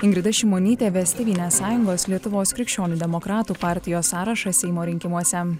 ingrida šimonytė ves tėvynės sąjungos lietuvos krikščionių demokratų partijos sąrašą seimo rinkimuose